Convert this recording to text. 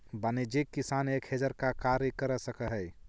वाणिज्यिक किसान एक हेजर का कार्य कर सकअ हई